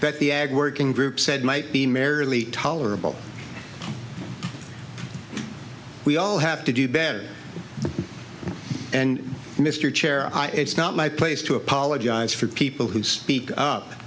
but the ag working group said might be merrily tolerable we all have to do bad and mr chair it's not my place to apologize for people who speak up